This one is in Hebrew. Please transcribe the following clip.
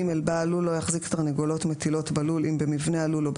(ג)בעל לול לא יחזיקו תרנגולות מטילות בלול א במבנה הלול אוב